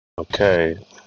Okay